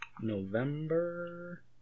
November